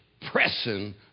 pressing